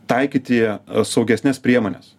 taikyti ją saugesnes priemones